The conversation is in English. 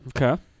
Okay